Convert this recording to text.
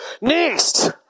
Next